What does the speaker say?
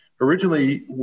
originally